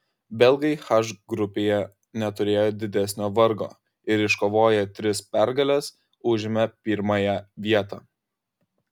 belgai h grupėje neturėjo didesnio vargo ir iškovoję tris pergales užėmė pirmąją vietą